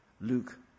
Luke